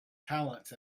talents